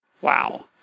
Wow